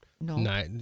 no